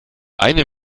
eine